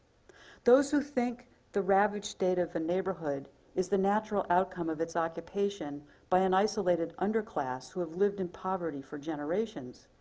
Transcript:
those who think the ravage state of a neighborhood is the natural outcome of its occupation by an isolated underclass who have lived in poverty for generations,